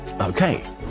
Okay